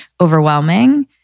overwhelming